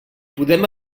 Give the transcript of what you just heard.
podem